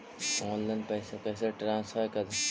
Online पैसा कैसे transfer कैसे कर?